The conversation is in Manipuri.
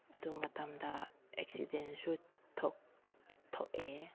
ꯑꯗꯨ ꯃꯇꯝꯗ ꯑꯦꯛꯁꯤꯗꯦꯟꯁꯨ ꯊꯣꯛꯑꯦ